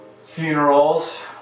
funerals